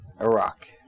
Iraq